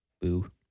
Boo